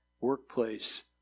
workplace